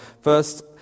first